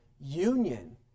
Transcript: union